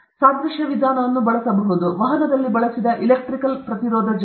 ನಾವು ವಹನದಲ್ಲಿ ಬಳಸಿದ ಎಲೆಕ್ಟ್ರಿಕಲ್ ಪ್ರತಿರೋಧ ಜಾಲ